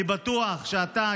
אני בטוח שאתה,